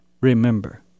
remember